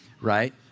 right